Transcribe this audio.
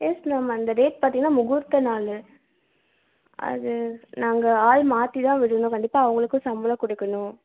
S ma'am அந்த date பார்த்தீங்கன்னா முகூர்த்த நாள் அது நாங்கள் ஆள் மாற்றிதான் விடணும் கண்டிப்பாக அவங்களுக்கு சம்பளம் கொடுக்கணும்